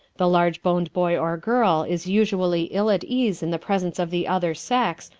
the large-boned boy or girl is usually ill at ease in the presence of the other sex,